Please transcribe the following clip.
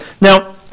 Now